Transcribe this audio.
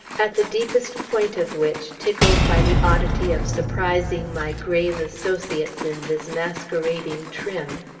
at the deepest point of which, tickled by the oddity of surprising my grave associates in this masquerading trim,